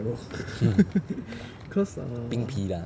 冰皮的 ah